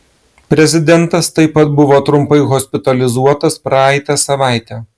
prezidentas taip pat buvo trumpai hospitalizuotas praeitą savaitę